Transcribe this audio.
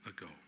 ago